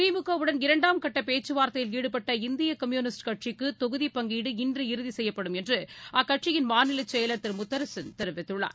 திமுக உடன் இரண்டாம் கட்ட பேச்சுவார்த்தையில் ஈடுபட்டஇந்திய கம்யூனிஸ்ட் கட்சிக்கு தொகுதி பங்கீடு இன்று இறுதி செய்யப்படும் என்று அக்கட்சியின் மாநில செயலாளர் திரு முத்தரசன் தெரிவித்துள்ளார்